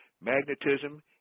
Magnetism